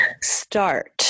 start